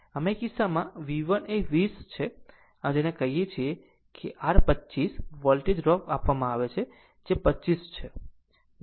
આમ આ કિસ્સામાં જેમ કે V1 એ 20 છે અથવા જેને આપણે કહીએ છીએ કે r 25 વોલ્ટેજ ડ્રોપ આપવામાં આવે છે જે 25 વોલ્ટ છે